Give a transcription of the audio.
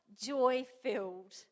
joy-filled